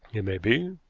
it may be,